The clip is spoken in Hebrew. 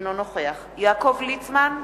אינו נוכח יעקב ליצמן,